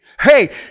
hey